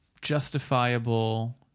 justifiable